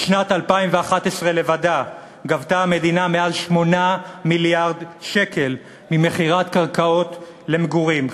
בשנת 2011 לבדה גבתה המדינה מעל 8 מיליארד שקל ממכירת קרקעות למגורים.